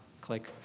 click